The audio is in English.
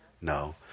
No